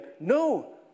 No